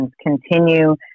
continue